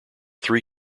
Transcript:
three